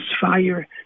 fire